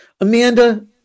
Amanda